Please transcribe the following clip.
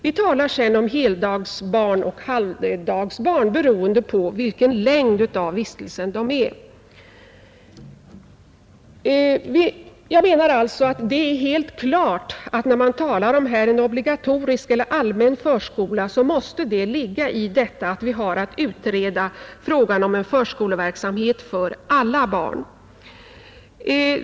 Vi talar sedan om halvdagsbarn och heldagsbarn, beroende på vilken längd vistelsen har. När det talas om en obligatorisk eller allmän förskola måste däri ligga, att vi har att utreda frågan om en förskoleverksamhet för alla barn.